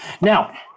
Now